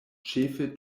ĉefe